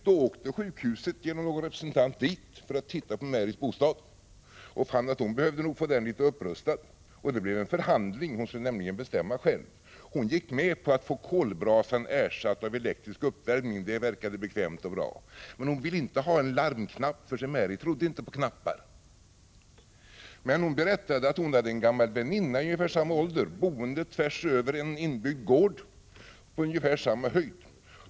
Då åkte sjukhuset genom någon representant hem till Mary för att titta på hennes bostad och fann att hon nog behövde få den upprustad. Det blev en förhandling — hon skulle nämligen bestämma själv. Hon gick med på att få kolbrasan ersatt med elektrisk uppvärmning — det verkade bekvämt och bra. Men hon ville inte ha en larmknapp, för se Mary trodde inte på knappar. Men Mary berättade att hon hade en gammal väninna i ungefär samma ålder boende tvärs över i en inbyggd gård på ungefär samma höjd.